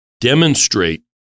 demonstrate